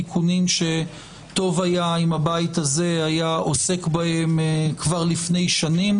תיקונים שטוב היה אם הבית הזה היה עוסק בהם כבר לפני שנים,